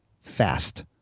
fast